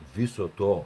viso to